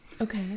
Okay